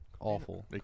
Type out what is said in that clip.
awful